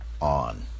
on